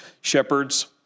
shepherds